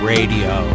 Radio